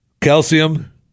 Calcium